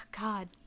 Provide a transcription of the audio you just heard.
God